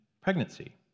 pregnancy